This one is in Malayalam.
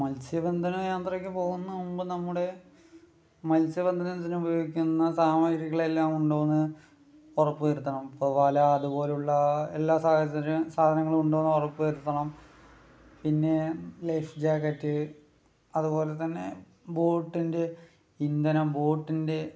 മത്സ്യബന്ധന യാത്രയ്ക്ക് പോകുന്നതിനു മുൻപ് നമ്മുടെ മത്സ്യ ബന്ധനത്തിനുപയോഗിക്കുന്ന സാമഗ്രികളെല്ലാം ഉണ്ടോന്ന് ഉറപ്പു വരുത്തണം ഇപ്പോൾ വല അതുപോലുള്ള എല്ലാ സാധനങ്ങളും ഉണ്ടോ എന്ന് ഉറപ്പുവരുത്തണം പിന്നെ ലൈഫ് ജാക്കറ്റ് അതുപോലെത്തന്നെ ബോട്ടിൻ്റെ ഇന്ധനം ബോട്ടിൻ്റെ